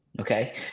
Okay